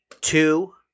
two